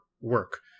work